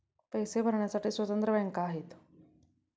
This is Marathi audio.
पैसे भरण्यासाठी स्वतंत्र बँका आहेत